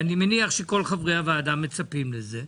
ואני מניח שכל חברי הוועדה מצפים לזה.